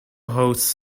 hosts